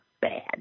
bad